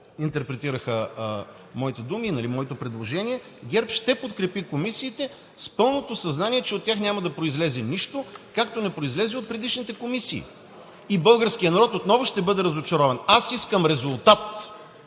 интерпретираха моите думи, моето предложение?! ГЕРБ ще подкрепи комисиите с пълното съзнание, че от тях няма да произлезе нищо, както не произлезе от предишните комисии и българският народ отново ще бъде разочарован. Аз искам резултат,